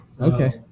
okay